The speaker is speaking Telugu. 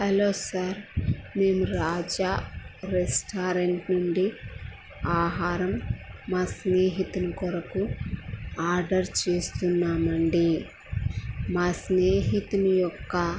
హలో సార్ మేము రాజా రెస్టారెంట్ నుండి ఆహారం మా స్నేహితుని కొరకు ఆర్డర్ చేస్తున్నామండి మా స్నేహితుని యొక్క